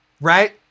right